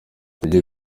tujye